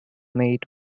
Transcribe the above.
made